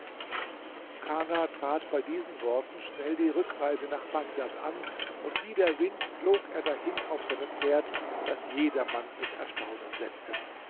kana trat bei diesen worten schnell die rückreise nach bagdad an und wie der wind flog er dahin auf seinem pferd das jedermann in erstaunen setzte